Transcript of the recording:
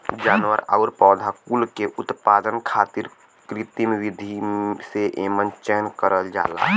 जानवर आउर पौधा कुल के उत्पादन खातिर कृत्रिम विधि से एमन चयन करल जाला